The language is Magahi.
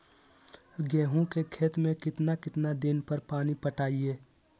गेंहू के खेत मे कितना कितना दिन पर पानी पटाये?